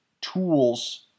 tools